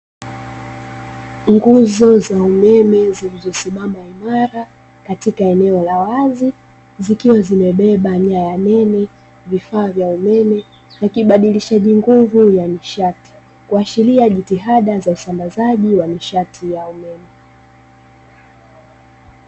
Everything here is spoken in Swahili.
Nguzo za umeme zilizosimama imara katika eneo la wazi zikiwa zimebeba nyaya nene vifaa vya umeme na kibadilishaji nguvu ya nishati, kuashiria jitihada za usambazaji wa nishati ya umeme.